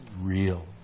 real